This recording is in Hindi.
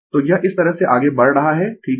तो यह इस तरह से आगें बढ़ रहा है ठीक है